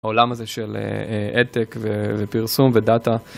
העולם הזה של adtech ופרסום ודאטה.